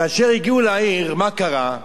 כאשר הגיעו לעיר, מה קרה?